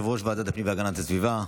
יושב-ראש ועדת הפנים והגנת הסביבה.